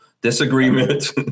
disagreement